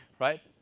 Right